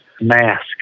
mask